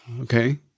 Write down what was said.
okay